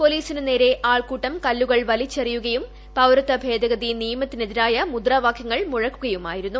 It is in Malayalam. പൊലീസിനു നേരെ ആൾക്കൂട്ടം കല്ലുകൾ വലിച്ചെറിയുകയും പീഴ്ർത്വ ഭേദഗതി നിയമത്തിനെതിരായ മുദ്രാവാകൃങ്ങൾ മുഴക്കുകയുമായിരുന്നു